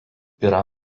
yra